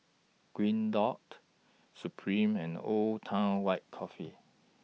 Green Dot Supreme and Old Town White Coffee